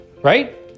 Right